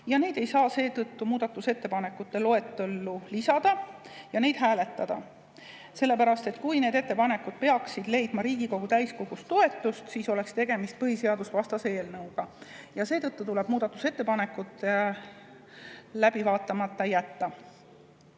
ja neid ei saa seetõttu muudatusettepanekute loetellu lisada ja hääletada, sest kui need ettepanekud peaksid leidma Riigikogu täiskogus toetust, siis oleks tegemist põhiseadusvastase eelnõuga, ja seetõttu tuleb muudatusettepanekud läbi vaatamata jätta.